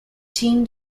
team